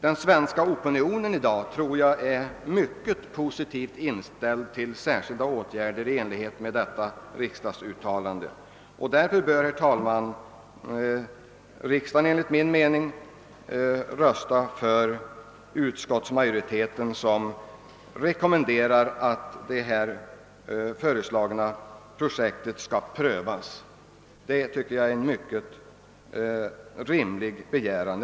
Den svenska opinionen av i dag tror jag är mycket positivt inställd till särskilda åtgärder i enlighet med detta riksdagsuttalande. Av dessa skäl, herr talman, bör kammaren enligt min mening rösta för utskottsmajoritetens rekommendation att det föreslagna projektet skall prövas, vilket är en mycket rimlig begäran.